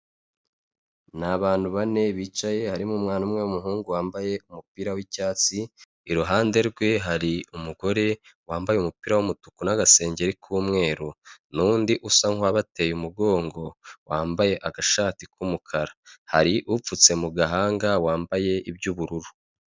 Na abantu bane bicaye harimo umwana umwe w'umuhungu wambaye umupira w'icyatsi, iruhande rwe hari umugore wambaye umupira w'umutuku n'agasenge k'umweru, n'undi usa nkuwabateye umugongo wambaye agashati k'umukara, hari upfutse mu gahanga wambaye iby'ubururu.